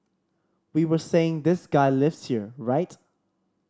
we were saying this guy lives here right